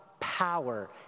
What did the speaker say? Power